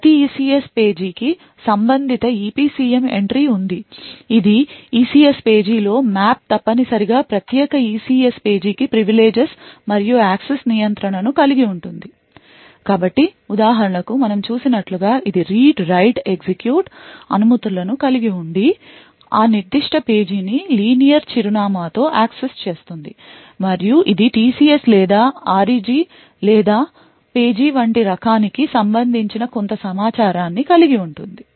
ప్రతి ECS పేజీకి సంబంధిత EPCM ఎంట్రీ ఉంది ఇది ECS పేజీ లో మ్యాప్ తప్పనిసరిగా ప్రత్యేక ECS పేజీకి previleges మరియు యాక్సెస్ నియంత్రణను కలిగి ఉంటుంది కాబట్టి ఉదాహరణకు మనం చూసినట్లుగా ఇది read write execute అనుమతులను కలిగి ఉండి ఆ నిర్దిష్ట పేజీ ని linear చిరునామా తో యాక్సెస్ చేస్తుంది మరియు ఇది TCS లేదా REG లేదా పేజీ వంటి రకానికి సంబంధించిన కొంత సమాచారాన్ని కలిగి ఉంటుంది